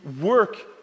work